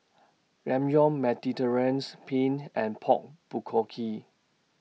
Ramyeon Mediterranean's Penne and Pork Bulgogi